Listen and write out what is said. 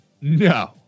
No